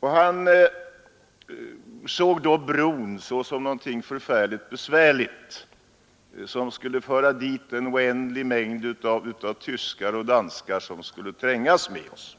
Han såg då bron såsom något förfärligt besvärligt som skulle föra dit en oändlig mängd tyskar och danskar som skulle trängas med oss.